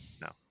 No